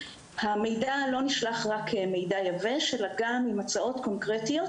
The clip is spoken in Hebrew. המידע לא נשלח רק כמידע יבש אלא גם עם הצעות קונקרטיות,